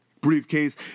briefcase